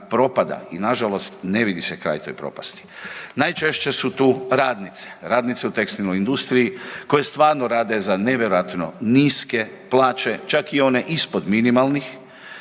propada i nažalost ne vidi se kraj toj propasti. Najčešće su tu radnice, radnice u tekstilnoj industriji, koje stvarno rade za nevjerojatno niske plaće, čak i one ispod minimalnih,